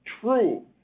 True